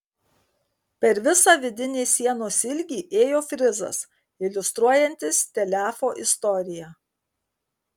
per visą vidinės sienos ilgį ėjo frizas iliustruojantis telefo istoriją